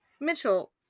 Mitchell